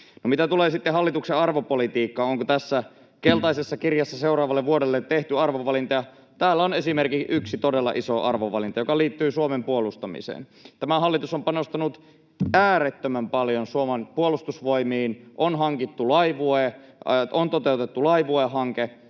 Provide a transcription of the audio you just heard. Mitä sitten tulee hallituksen arvopolitiikkaan, onko tässä keltaisessa kirjassa seuraavalle vuodelle tehty arvovalintoja: Täällä on esimerkiksi yksi todella iso arvovalinta, joka liittyy Suomen puolustamiseen. Tämä hallitus on panostanut äärettömän paljon Suomen puolustusvoimiin. On toteutettu Laivue-hanke,